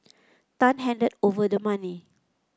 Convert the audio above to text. tan handed over the money